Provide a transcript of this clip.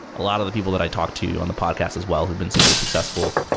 a lot of the people that i talk to on the podcast as well who've been super successful,